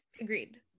agreed